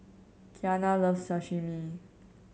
Kiana loves Sashimi